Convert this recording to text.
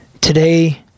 Today